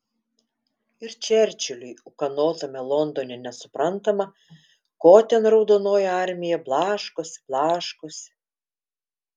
ir čerčiliui ūkanotame londone nesuprantama ko ten raudonoji armija blaškosi blaškosi